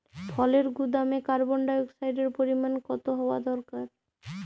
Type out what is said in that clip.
ফলের গুদামে কার্বন ডাই অক্সাইডের পরিমাণ কত হওয়া দরকার?